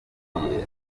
ntibagira